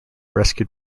rescued